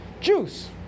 juice